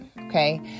Okay